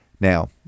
Now